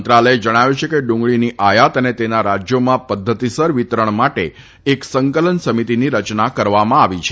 મંત્રાલયે જણાવ્યું છે કે ડુંગળીની આયાત અને તેના રાજયોમાં પધ્ધતિસર વિતરણ માટે એક સંકલન સમિતિની રચના કરવામાં આવી છે